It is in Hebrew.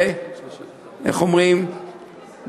ואיך אומרים,